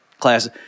class